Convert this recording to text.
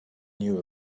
knew